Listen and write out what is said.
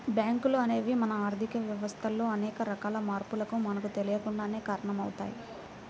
బ్యేంకులు అనేవి మన ఆర్ధిక వ్యవస్థలో అనేక రకాల మార్పులకు మనకు తెలియకుండానే కారణమవుతయ్